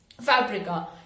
fabrica